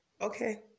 Okay